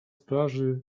plaży